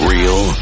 Real